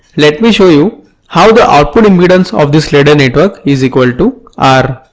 let me show you how the output impedance of this ladder network is equal to r.